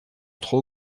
trop